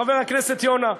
חבר הכנסת יונה,